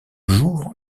jour